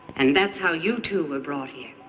and that's how you two were brought here.